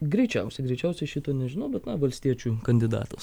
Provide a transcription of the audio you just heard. greičiausiai greičiausiai šito nežinau bet na valstiečių kandidatas